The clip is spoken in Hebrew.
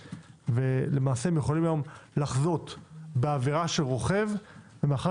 למעשה הם יכולים היום לחזות בעבירה של רוכב ומאחר